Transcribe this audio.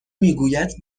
میگوید